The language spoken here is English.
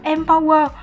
Empower